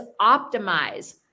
optimize